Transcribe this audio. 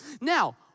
Now